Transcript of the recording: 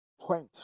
point